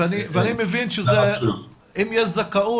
ואני מבין שאם יש זכאות,